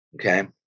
okay